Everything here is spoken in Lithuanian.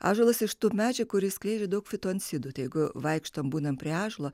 ąžuolas iš tų medžių kuris turi daug fitoncidų tegu vaikštom būnam prie ąžuolo